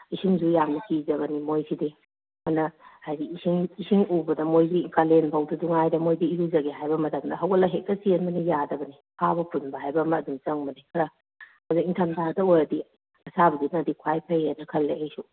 ꯏꯁꯤꯡꯁꯨ ꯌꯥꯝꯅ ꯀꯤꯖꯕꯅꯤ ꯃꯣꯏꯁꯤꯗꯤ ꯑꯗꯨꯅ ꯍꯥꯏꯗꯤ ꯏꯁꯤꯡ ꯏꯁꯤꯡ ꯎꯕꯗ ꯃꯣꯏꯁꯤ ꯀꯥꯂꯦꯟ ꯐꯥꯎꯗꯁꯨ ꯉꯥꯏꯔꯦ ꯃꯣꯏꯗꯤ ꯏꯔꯨꯖꯒꯦ ꯍꯥꯏꯕ ꯃꯇꯝꯗ ꯍꯧꯒꯠꯂ ꯍꯦꯛꯇ ꯆꯦꯟꯕꯅꯤ ꯌꯥꯗꯕꯅꯤ ꯐꯥꯕ ꯄꯨꯟꯕ ꯍꯥꯏꯕ ꯑꯃ ꯑꯗꯨꯝ ꯆꯪꯕꯅꯤ ꯈꯔ ꯑꯗ ꯅꯤꯡꯊꯝ ꯊꯥꯗ ꯑꯣꯏꯔꯗꯤ ꯑꯁꯥꯕꯗꯨꯅꯗꯤ ꯈ꯭ꯋꯥꯏ ꯐꯩꯌꯦꯅ ꯈꯜꯂꯤ ꯑꯩꯁꯨ